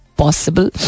possible